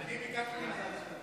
אני ביקשתי להתחלף.